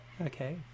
okay